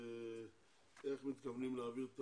איך מתכוונים להעביר את